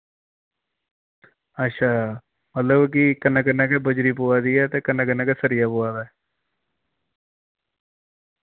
अच्छा मतलब कि कन्नै कन्नै गै बजरी पोआ दी ऐ ते कन्नै कन्नै गै सरिया पोआ दा ऐ